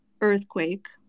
earthquake